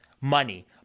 money